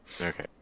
Okay